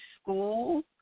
school